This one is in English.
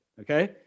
okay